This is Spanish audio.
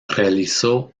realizó